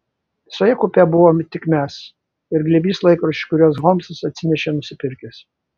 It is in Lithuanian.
visoje kupė buvome tik mes ir glėbys laikraščių kuriuos holmsas atsinešė nusipirkęs